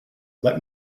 let